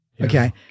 okay